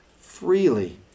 freely